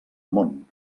món